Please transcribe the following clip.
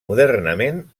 modernament